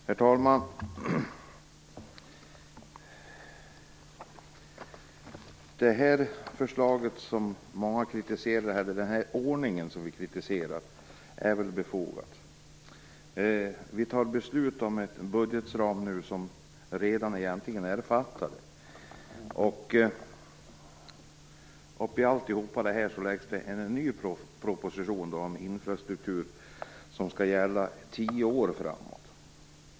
Herr talman! Vi är många som har kritiserat den här ordningen, och det är väl befogat, där vi nu fattar beslut om en budgetram som egentligen redan är fattade. Mitt i allt det här läggs det nu fram en ny proposition om infrastruktur, som avser gälla tio år framåt.